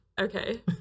Okay